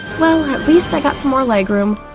well, at least i got some more leg room!